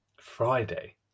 Friday